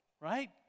right